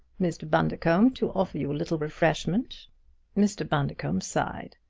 mr. bundercombe, to offer you a little refreshment mr. bundercombe sighed.